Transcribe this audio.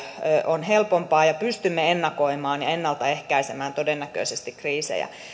on helpompaa ja todennäköisesti pystymme ennakoimaan ja ennalta ehkäisemään kriisejä